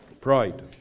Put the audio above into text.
Pride